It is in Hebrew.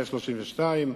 35 ו-32,